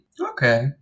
okay